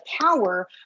power